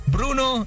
Bruno